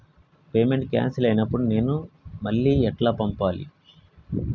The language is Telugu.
పేమెంట్ క్యాన్సిల్ అయినపుడు నేను మళ్ళా ఎట్ల పంపాలే?